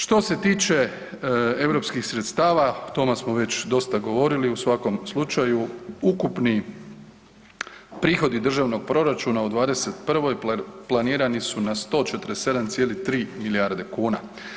Što se tiče europskih sredstava, o tome smo već dosta govorili, u svakom slučaju ukupni prihodi državnog proračuna u '21. planirani su na 147,3 milijarde kuna.